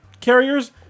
carriers